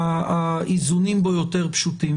האיזונים בו יותר פשוטים,